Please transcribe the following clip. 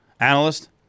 analyst